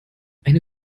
eine